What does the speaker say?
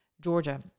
Georgia